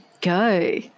go